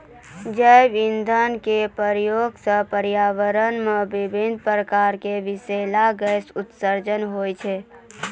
जैव इंधन केरो प्रयोग सँ पर्यावरण म विभिन्न प्रकार केरो बिसैला गैस उत्सर्जन होय छै